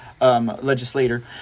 Legislator